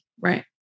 Right